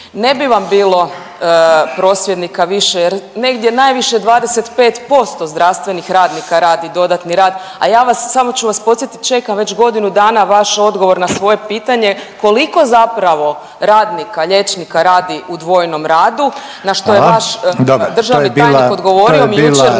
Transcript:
Ne bi vam bilo prosvjednika više jer negdje najviše 25% zdravstvenih radnika radi dodatni rad, a ja vas, samo ću vas podsjetit, čekam već godinu dana vaš odgovor na svoje pitanje, koliko zapravo radnika liječnika radi u dvojnom radu …/Upadica Reiner: Hvala/…na što je vaš državni tajnik odgovorio mi jučer